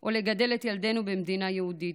או לגדל את ילדינו במדינה יהודית.